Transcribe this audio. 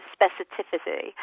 specificity